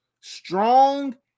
strong